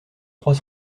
trois